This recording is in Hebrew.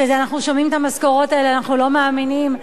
כשאנחנו שומעים את המשכורות האלה אנחנו לא מאמינים,